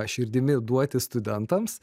širdimi duoti studentams